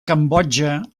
cambodja